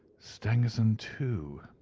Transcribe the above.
stangerson too!